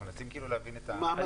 אנחנו מנסים להבין את התמונה.